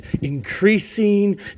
increasing